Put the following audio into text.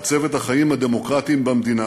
לעצב את החיים הדמוקרטיים במדינה